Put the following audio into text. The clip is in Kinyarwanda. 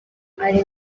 ari